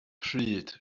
pryd